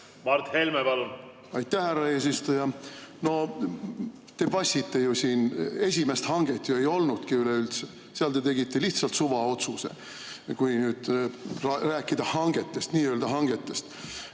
Mart Helme, palun! Aitäh, härra eesistuja! Te vassite ju siin. Esimest hanget ju ei olnudki üleüldse, seal te tegite lihtsalt suvaotsuse, kui rääkida hangetest, nii-öelda hangetest.